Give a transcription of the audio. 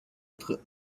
autres